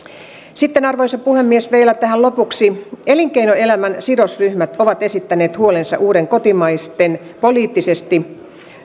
sitten arvoisa puhemies vielä tähän lopuksi elinkeinoelämän sidosryhmät ovat esittäneet huolensa uuden kotimaisten poliittisesti